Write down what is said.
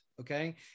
Okay